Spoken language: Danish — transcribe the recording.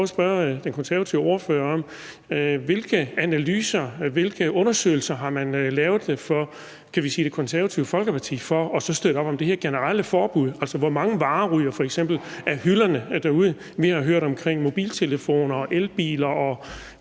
Hvilke analyser eller hvilke undersøgelser har man lavet fra Det Konservative Folkepartis side i forhold til at støtte op om det her generelle forbud? Hvor mange varer ryger f.eks. af hylderne derude? Vi har hørt om mobiltelefoner, elbiler